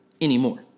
anymore